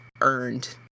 earned